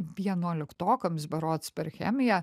vienuoliktokams berods per chemiją